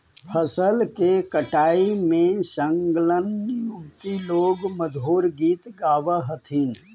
फसल के कटाई में संलग्न युवति लोग मधुर गीत गावऽ हथिन